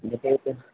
ഇന്നെപ്പോഴെത്തും